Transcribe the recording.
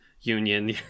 union